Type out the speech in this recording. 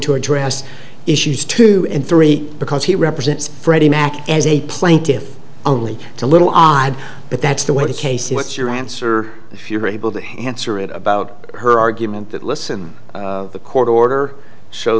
to address issues two and three because he represents freddie mac as a plank if only to a little odd but that's the way the case what's your answer if you're able to answer it about her argument that listen the court order show